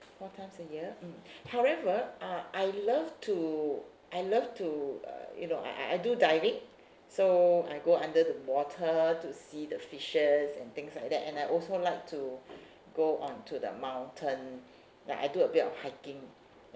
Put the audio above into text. four times a year mm however uh I love to I love to err you know I I do diving so I go under the water to see the fishes and things like that and I also like to go on to the mountain like I do a bit of hiking ya